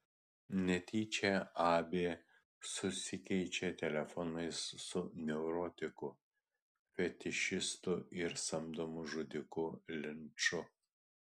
netyčia abė susikeičia telefonais su neurotiku fetišistu ir samdomu žudiku linču